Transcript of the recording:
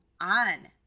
on